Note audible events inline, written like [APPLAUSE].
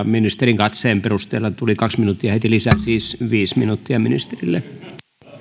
[UNINTELLIGIBLE] ministerin katseen perusteella tuli heti kaksi minuuttia lisää siis viisi minuuttia ministerille